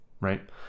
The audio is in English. right